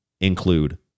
include